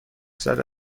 زده